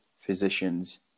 physicians